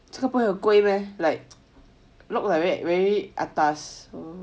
这个不会很贵 meh like look like very atas